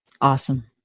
Awesome